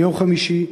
ביום חמישי,